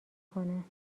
کنم